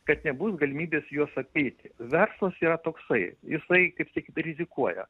kad nebus galimybės juos apeiti verslas yra toksai jisai kaip sakyt rizikuoja